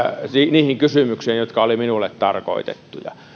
niihin kysymyksiin jotka oli minulle tarkoitettu